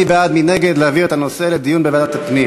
מי בעד, מי נגד העברת הנושא לדיון בוועדת הפנים?